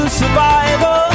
survival